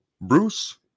Bruce